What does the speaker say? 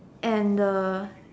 and